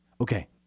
Okay